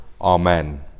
Amen